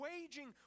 waging